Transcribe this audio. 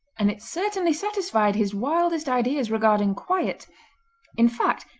and it certainly satisfied his wildest ideas regarding quiet in fact,